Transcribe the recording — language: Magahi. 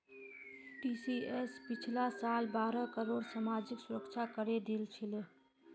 टीसीएस पिछला साल बारह करोड़ सामाजिक सुरक्षा करे दिल छिले